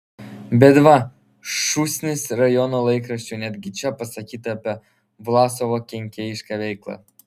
bet va šūsnis rajono laikraščių netgi čia pasakyta apie vlasovo kenkėjišką veiklą